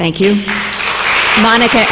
thank you monica